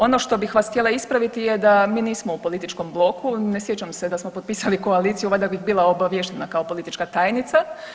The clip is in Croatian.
Ono što bih htjela ispraviti je da mi nismo u političkom bloku, ne sjećam se da smo potpisali koaliciju valjda bih bila obaviještena kao politička tajnica.